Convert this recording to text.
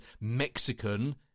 Mexican